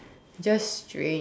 just strange